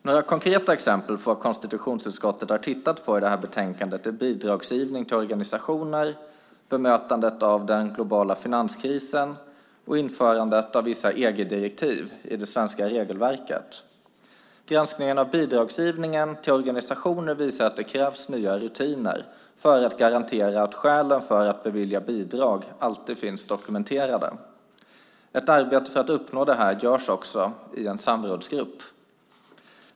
Några konkreta exempel i det här betänkandet på vad konstitutionsutskottet har tittat på är bidragsgivning till organisationer, bemötandet av den globala finanskrisen och införandet av vissa EG-direktiv i det svenska regelverket. Granskningen av bidragsgivningen till organisationer visar att det krävs nya rutiner för att garantera att skälen för att bevilja bidrag alltid finns dokumenterade. Ett arbete för att uppnå det här görs också i en samrådsgrupp.